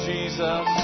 Jesus